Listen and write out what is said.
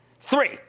Three